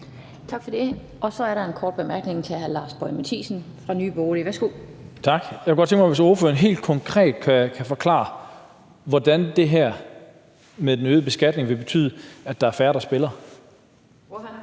Tak for det. Så er der en kort bemærkning til hr. Lars Boje Mathiesen fra Nye Borgerlige. Værsgo. Kl. 19:21 Lars Boje Mathiesen (NB): Tak. Jeg kunne godt tænke mig, at ordføreren helt konkret kunne forklare, hvordan det her med den øgede beskatning vil betyde, at der er færre, der spiller. Kl.